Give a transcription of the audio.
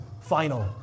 final